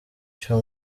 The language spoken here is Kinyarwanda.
cyo